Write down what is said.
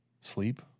sleep